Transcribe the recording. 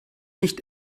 nicht